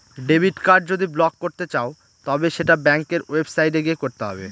debit card যদি block করতে চাও তবে সেটা ব্যাঙ্কের ওয়েবসাইটে গিয়ে করতে হবে